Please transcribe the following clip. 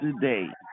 today